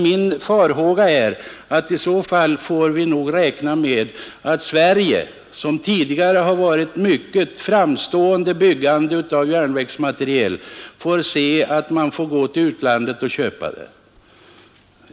Jag befarar att vi i så fall får räkna med att Sverige, som tidigare varit mycket framstående när det gäller byggandet av järnvägsmateriel, måste vända sig till utlandet och köpa sina järnvägsvagnar.